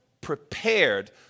prepared